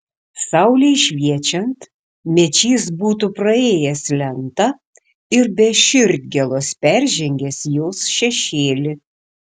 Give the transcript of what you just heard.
saulei šviečiant mečys būtų praėjęs lentą ir be širdgėlos peržengęs jos šešėlį